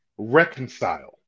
Reconcile